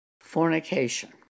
fornication